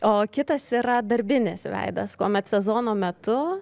o kitas yra darbinis veidas kuomet sezono metu